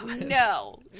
No